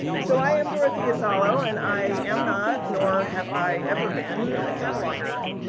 so, i am dorothea solo. and, i am not nor have i ever been a cataloger.